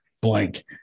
blank